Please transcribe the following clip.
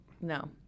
No